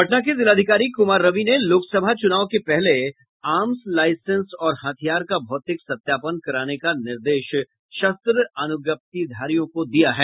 पटना के जिलाधिकारी कुमार रवि ने लोकसभा चुनाव के पहले आर्म्स लाईसेंस और हथियार का भौतिक सत्यापन कराने का निर्देश शस्त्र अनुज्ञप्तिधारियों को दिया है